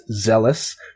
zealous